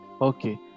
Okay